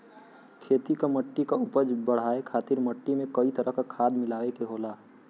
खेती क मट्टी क उपज बढ़ाये खातिर मट्टी में कई तरह क खाद मिलाये के होला